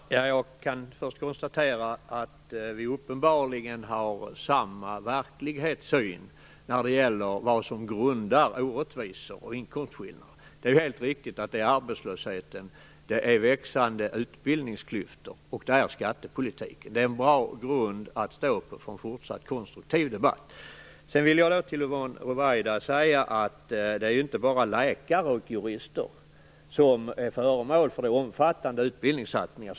Herr talman! Jag kan först konstatera att vi uppenbarligen har samma verklighetssyn när det gäller vad som grundar orättvisor och inkomstskillnader. Det är helt riktigt att det är arbetslösheten, de växande utbildningsklyftorna och skattepolitiken. Det är en bra grund att stå på inför en fortsatt konstruktiv debatt. Till Yvonne Ruwaida vill jag säga att det inte bara är läkare och jurister som är föremål för omfattande utbildningssatsningar.